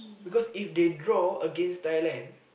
because if they draw against Thailand